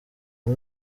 uyu